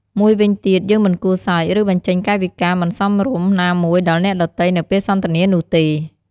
មួយវិញទៀត យើងមិនគួរសើច ឬបញ្ចេញកាយវិការមិនសមរម្យណាមួយដល់អ្នកដទៃនៅពេលសន្ទនានោះទេ។